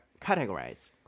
categorize